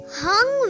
hung